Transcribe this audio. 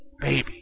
baby